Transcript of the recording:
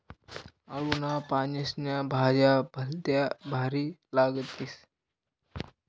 आळूना पानेस्न्या भज्या भलत्या भारी लागतीस